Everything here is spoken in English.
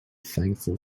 thankful